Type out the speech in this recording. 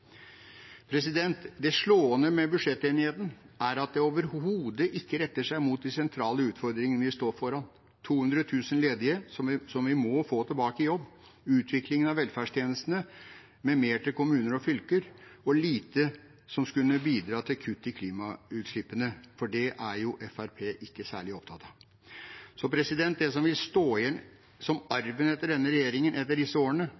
Det slående med budsjettenigheten er at den overhodet ikke retter seg mot de sentrale utfordringene vi står foran – de 200 000 ledige som vi må få tilbake i jobb, utviklingen av velferdstjenestene, med mer til kommuner og fylker. Og det er lite som vil kunne bidra til kutt i klimautslippene, for det er jo ikke Fremskrittspartiet særlig opptatt av. Det som vil stå igjen som arven etter denne regjeringen etter disse årene,